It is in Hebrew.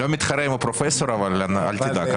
אני לא מתחרה עם הפרופ', אבל אל תדאג.